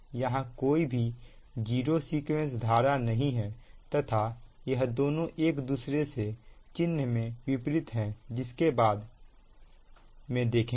यहां कोई भी जीरो सीक्वेंस धारा नहीं है तथा यह दोनों एक दूसरे से चिन्ह में विपरीत है जिसे हम बाद में देखेंगे